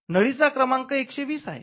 नळीचा क्रमांक १२० आहे